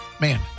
Man